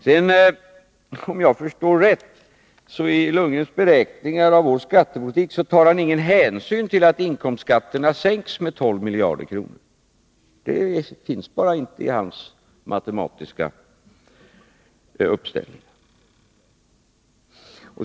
Men om jag förstår Bo Lundgren rätt, tar han i sina beräkningar av konsekvenserna av vår skattepolitik ingen hänsyn till att inkomstskatterna sänks med 12 miljarder kronor. Det finns bara inte med i hans matematiska uppställning.